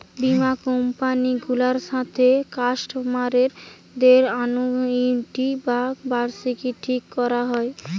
বীমা কোম্পানি গুলার সাথে কাস্টমারদের অ্যানুইটি বা বার্ষিকী ঠিক কোরা হয়